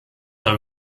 have